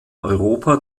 europa